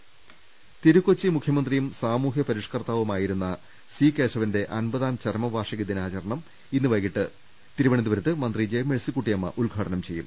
രുമ്പ്പെട്ടിരു തിരു കൊച്ചി മുഖ്യമന്ത്രിയും സാമൂഹ്യ പരിഷ്കർത്താവുമായിരുന്ന സി കേശവന്റെ അൻപതാം ചരമവാർഷിക ദിനാചരണം ഇന്ന് വൈകീട്ട് തിരുവ നന്തപുരത്ത് മന്ത്രി ജെ മേഴ്സിക്കുട്ടിയമ്മ ഉദ്ഘാടനം ചെയ്യും